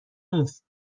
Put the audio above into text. نیست